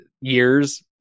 years